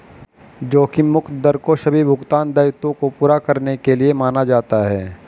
जोखिम मुक्त दर को सभी भुगतान दायित्वों को पूरा करने के लिए माना जाता है